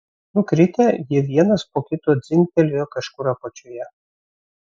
nukritę jie vienas po kito dzingtelėjo kažkur apačioje